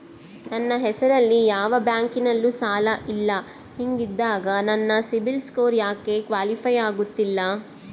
ನನ್ನ ಹೆಸರಲ್ಲಿ ಯಾವ ಬ್ಯಾಂಕಿನಲ್ಲೂ ಸಾಲ ಇಲ್ಲ ಹಿಂಗಿದ್ದಾಗ ನನ್ನ ಸಿಬಿಲ್ ಸ್ಕೋರ್ ಯಾಕೆ ಕ್ವಾಲಿಫೈ ಆಗುತ್ತಿಲ್ಲ?